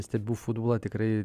stebiu futbolą tikrai